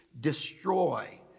Destroy